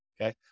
Okay